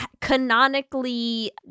Canonically